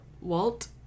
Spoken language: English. walt